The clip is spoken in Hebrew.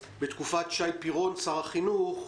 בתקופת שר החינוך שי פירון,